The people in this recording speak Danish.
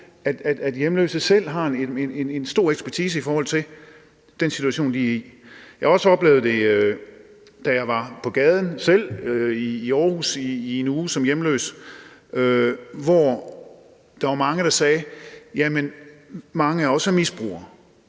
at hjemløse selv har en stor ekspertise i forhold til den situation, de er i. Jeg har også oplevet det, da jeg selv var en uge på gaden i Aarhus som hjemløs. Der var mange, der sagde: Mange af os er misbrugere,